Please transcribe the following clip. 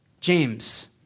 James